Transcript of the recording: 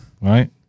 right